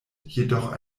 jedoch